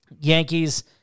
Yankees